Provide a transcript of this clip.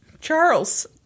Charles